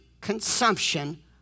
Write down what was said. consumption